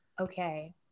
okay